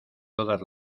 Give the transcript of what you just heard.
todas